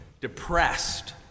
depressed